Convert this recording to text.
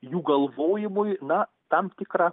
jų galvojimui na tam tikrą